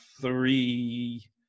three